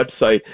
website